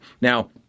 Now